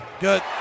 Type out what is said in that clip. good